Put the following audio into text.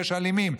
יש אלימים.